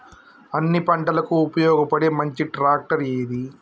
అన్ని పంటలకు ఉపయోగపడే మంచి ట్రాక్టర్ ఏది?